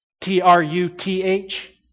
T-R-U-T-H